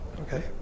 okay